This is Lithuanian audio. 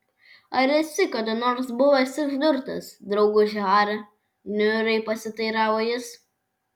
ar esi kada nors buvęs išdurtas drauguži hari niūriai pasiteiravo jis